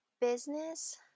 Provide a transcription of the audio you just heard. business